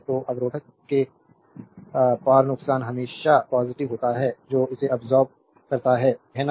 तो अवरोधक के पार नुकसान हमेशा पॉजिटिव होता है जो इसे अब्सोर्बेद करता है है ना